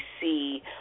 see